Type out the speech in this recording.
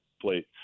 plate